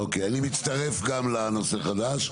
אוקיי, אני מצטרף גם לנושא חדש.